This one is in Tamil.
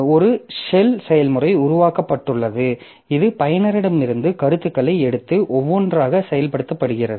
ஒரு ஷெல் செயல்முறை உருவாக்கப்பட்டுள்ளது இது பயனரிடமிருந்து கருத்துகளை எடுத்து ஒவ்வொன்றாக செயல்படுத்துகிறது